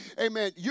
amen